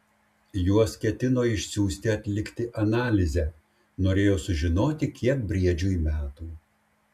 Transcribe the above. juos ketino išsiųsti atlikti analizę norėjo sužinoti kiek briedžiui metų